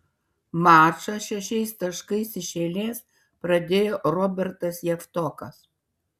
mačą šešiais taškais iš eilės pradėjo robertas javtokas